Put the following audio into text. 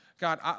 God